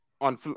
on